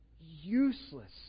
useless